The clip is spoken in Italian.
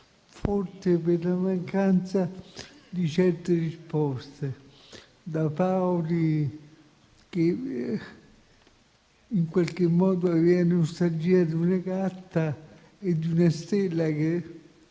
forse per la mancanza di certe risposte, da Paoli, che in qualche modo aveva nostalgia di una gatta e di una stella, che